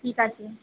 ঠিক আছে